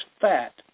fat